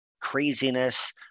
craziness